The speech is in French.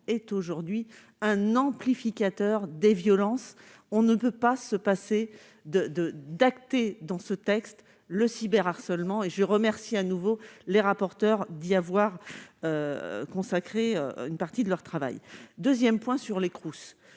est aujourd'hui un amplificateur des violences, on ne peut pas se passer de de d'acter dans ce texte, le cyber harcèlement et je remercie à nouveau les rapporteurs dit avoir consacré une partie de leur travail 2ème point sur les trousses